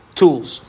tools